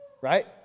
right